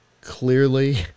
Clearly